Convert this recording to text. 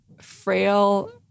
frail